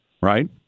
right